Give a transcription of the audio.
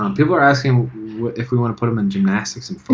um people are asking if we want to put him in gymnastics and